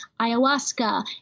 ayahuasca